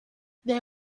they